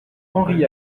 henri